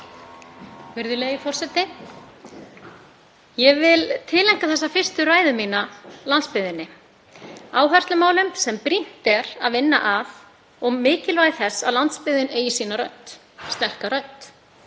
Virðulegi forseti. Ég vil tileinka þessa fyrstu ræðu mína landsbyggðinni, áherslumálum sem brýnt er að vinna að og mikilvægi þess að landsbyggðin eigi sína rödd, sterka rödd.